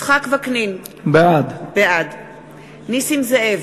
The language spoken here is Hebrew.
יצחק וקנין, בעד נסים זאב,